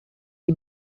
die